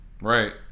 Right